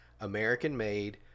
american-made